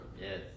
yes